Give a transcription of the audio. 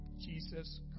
Jesus